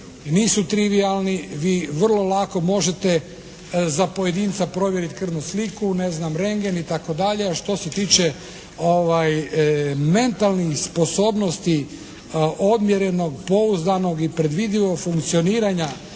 nisu trivijalni. Vi vrlo lako možete za pojedinca provjeriti krvnu sliku, ne znam, rentgen i tako dalje. A što se tiče mentalnih sposobnosti, odmjerenog, pouzdanog i predvidivog funkcioniranja